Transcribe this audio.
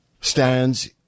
stands